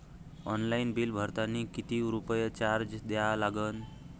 Online bill भरतानी कितीक रुपये चार्ज द्या लागन?